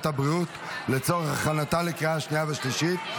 הבריאות לצורך הכנתה לקריאה שנייה ושלישית.